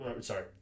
Sorry